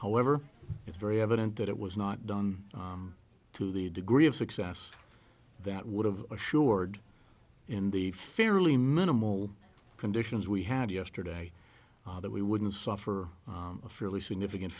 however it's very evident that it was not done to the degree of success that would have assured in the fairly minimal conditions we had yesterday that we wouldn't suffer a fairly significant